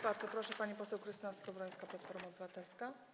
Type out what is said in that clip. Bardzo proszę, pani poseł Krystyna Skowrońska, Platforma Obywatelska.